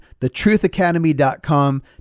thetruthacademy.com